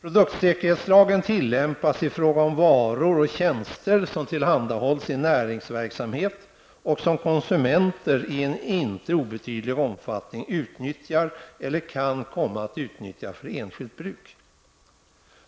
Produktsäkerhetslagen tillämpas i fråga om varor och tjänster som tillhandahålls i näringsverksamhet och som konsumenter i en inte obetydlig omfattning utnyttjar eller kan komma att utnyttja för enskilt bruk.